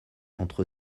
entre